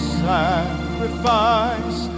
sacrifice